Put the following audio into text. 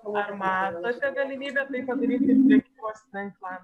ar matote galimybę tai padaryti prekybos tinklam